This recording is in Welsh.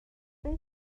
beth